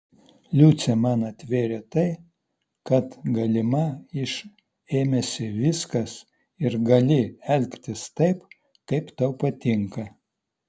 liucė man atvėrė tai kad galima iš ėmėsi viskas ir gali elgtis taip kaip tau patinka